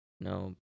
no